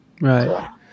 right